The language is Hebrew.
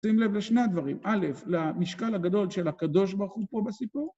שים לב לשני הדברים. א', למשכן הגדול של הקדוש ברוך הוא פה בסיפור...